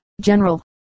General